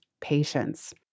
patience